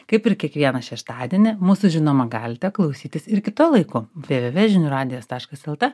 kaip ir kiekvieną šeštadienį mūsų žinoma galite klausytis ir kitu laiku v v v žinių radijas taškas lt